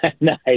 Nice